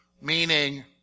meaning